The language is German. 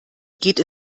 geht